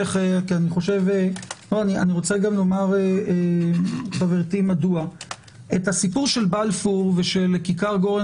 אני רוצה לומר לחברתי את הסיפור של בלפור ושל כיכר גורן